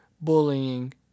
bullying